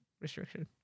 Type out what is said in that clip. restriction